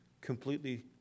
completely